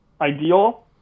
ideal